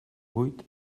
buit